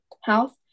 health